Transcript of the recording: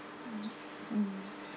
mm mm